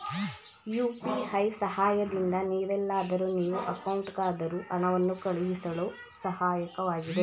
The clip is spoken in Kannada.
ಯು.ಪಿ.ಐ ಸಹಾಯದಿಂದ ನೀವೆಲ್ಲಾದರೂ ನೀವು ಅಕೌಂಟ್ಗಾದರೂ ಹಣವನ್ನು ಕಳುಹಿಸಳು ಸಹಾಯಕವಾಗಿದೆ